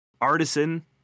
Artisan